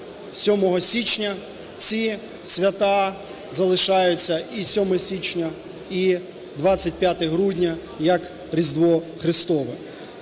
7 січня, ці свята залишаються і 7 січня, і 25 грудня як Різдво Христове.